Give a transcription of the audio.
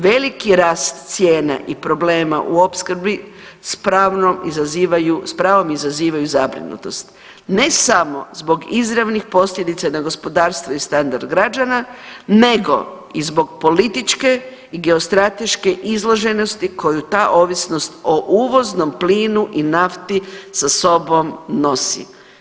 Veliki rast cijena i problema u opskrbi s pravom izazivaju zabrinutost ne samo zbog izravnih posljedica na gospodarstvo i standard građana, nego i zbog političke i geostrateške izloženosti koju ta ovisnost o uvoznom plinu i nafti sa sobom nosi.